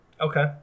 Okay